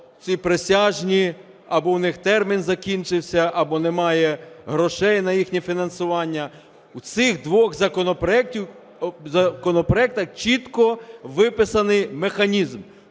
ці присяжні або у них термін закінчився, або немає грошей на їхнє фінансування. У цих двох законопроектах чітко виписаний механізм: